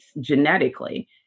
genetically